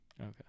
okay